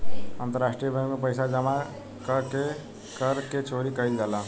अंतरराष्ट्रीय बैंक में पइसा जामा क के कर के चोरी कईल जाला